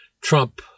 Trump